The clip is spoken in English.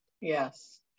Yes